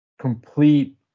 complete